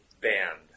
band